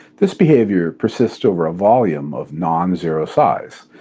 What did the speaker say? this behavior persists over a volume of non-zero size.